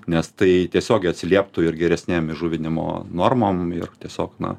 nes tai tiesiogiai atsilieptų ir geresnėm įžuvinimo normom ir tiesiog na